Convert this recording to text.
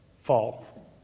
fall